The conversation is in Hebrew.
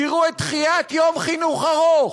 תראו את דחיית יום חינוך ארוך.